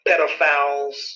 pedophiles